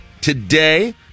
today